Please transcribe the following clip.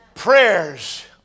Prayers